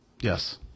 yes